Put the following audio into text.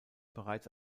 bereits